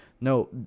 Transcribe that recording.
no